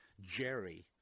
Jerry